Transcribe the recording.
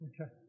Okay